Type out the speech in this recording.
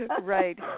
Right